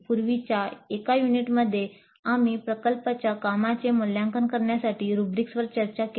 पूर्वीच्या एका युनिटमध्ये आम्ही प्रकल्पाच्या कामाचे मूल्यांकन करण्यासाठी रुब्रिक्सवर चर्चा केली